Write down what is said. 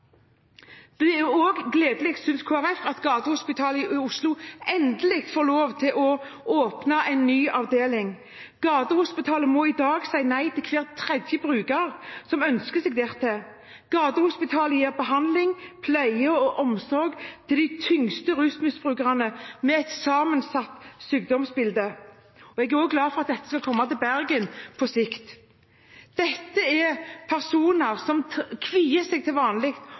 Det er også gledelig, synes Kristelig Folkeparti, at Gatehospitalet i Oslo endelig får lov til å åpne en ny avdeling. Gatehospitalet må i dag si nei til hver tredje bruker som ønsker seg dit. Gatehospitalet gir behandling, pleie og omsorg til de tyngste rusmisbrukerne med et sammensatt sykdomsbilde. Jeg er også glad for at dette skal komme til Bergen på sikt. Dette er personer som til vanlig kvier seg